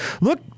Look